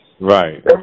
Right